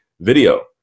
video